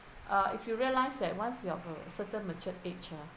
uh if you realise that once you are a certain mature age ah